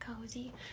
cozy